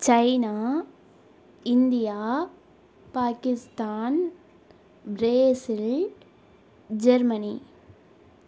China India Pakistan Brazil Germany